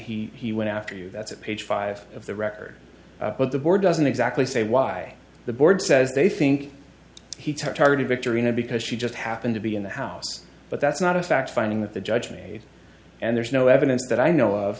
that he went after you that's at page five of the record but the board doesn't exactly say why the board says they think he targeted victory not because she just happened to be in the house but that's not a fact finding that the judge made and there's no evidence that i know of